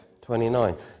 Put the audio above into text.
29